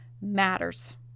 matters